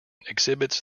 exhibits